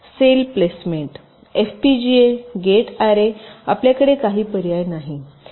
sale placement FPGA gate array आपल्याकडे काही पर्याय नाही